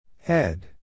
Head